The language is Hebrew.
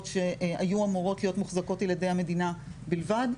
שהיו אמורות להיות מוחזקות על ידי המדינה בלבד,